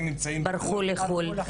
ברחו לחו"ל.